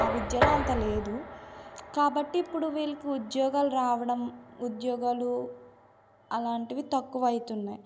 ఆ విద్యలో అంతలేదు కాబట్టి ఇప్పుడు వీళ్ళకి ఉద్యోగాలు రావడం ఉద్యోగాలు అలాంటివి తక్కువ అవుతున్నాయి